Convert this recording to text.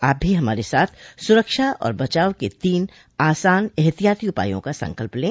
आप भी हमारे साथ सुरक्षा और बचाव के तीन आसान एहतियाती उपायों का संकल्प लें